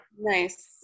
nice